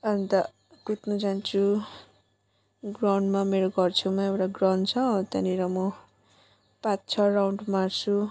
अनि त कुद्नु जान्छु ग्राउन्डमा मेरो घरछेउमा एउटा ग्राउन्ड छ त्यहाँनिर म पाँच छ राउन्ड मार्छु